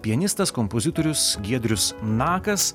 pianistas kompozitorius giedrius nakas